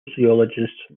sociologist